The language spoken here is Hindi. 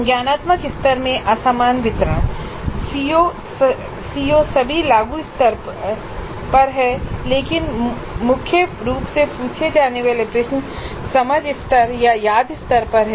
संज्ञानात्मक स्तरों में असमान वितरण सीओ सभी लागू स्तर पर हैं लेकिन मुख्य रूप से पूछे जाने वाले प्रश्न समझ स्तर या याद स्तर पर हैं